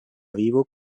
vivo